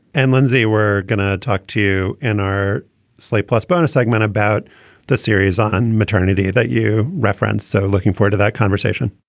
and lindsay we're going to talk to you in our slate plus bonus segment about the series on maternity that you reference so looking forward to that conversation